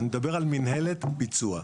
אני מדבר על מנהלת ביצוע.